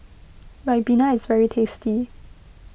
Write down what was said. Ribena is very tasty